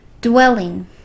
Dwelling